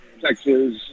Texas